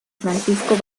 francisco